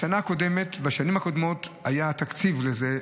בשנים הקודמות היה תקציב לזה,